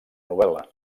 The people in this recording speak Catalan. novel·la